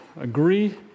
Agree